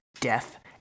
death